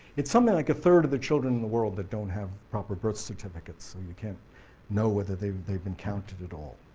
it's something like a third of the children in the world that don't have proper birth certificates and you can't know whether they've they've been counted at all.